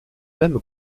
mêmes